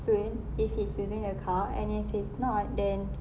soon if he's using the car and then if he's not then